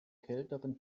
kälteren